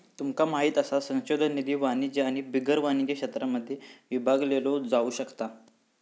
तुमका माहित हा संशोधन निधी वाणिज्य आणि बिगर वाणिज्य क्षेत्रांमध्ये विभागलो जाउ शकता